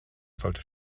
sollte